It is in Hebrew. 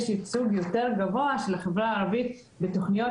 יש ייצוג יותר גבוה של החברה הערבית בתכניות